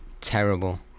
Terrible